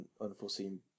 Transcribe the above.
unforeseen